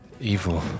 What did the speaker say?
Evil